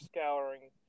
scouring